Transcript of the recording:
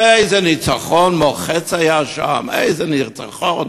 ואיזה ניצחון מוחץ היה שם, איזה ניצחון,